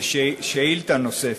זה שאלה נוספת.